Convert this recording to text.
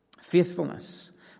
Faithfulness